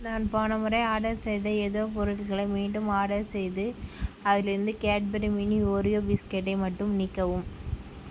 நான் போன முறை ஆர்டர் செய்த அதே பொருட்களை மீண்டும் ஆர்டர் செய்து அதிலிருந்த கேட்பரி மினி ஓரியோ பிஸ்கட்டை மட்டும் நீக்கவும்